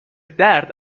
درد